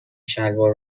شلوار